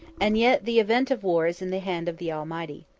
and yet the event of war is in the hand of the almighty.